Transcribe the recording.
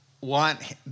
want